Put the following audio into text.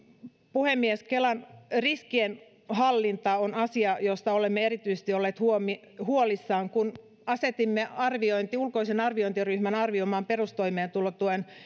puhemies kelan riskienhallinta on asia josta olemme erityisesti olleet huolissamme kun asetimme ulkoisen arviointiryhmän arvioimaan perustoimeentulotuen